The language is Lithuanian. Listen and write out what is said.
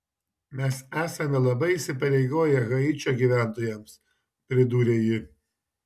mes esame labai įsipareigoję haičio gyventojams pridūrė ji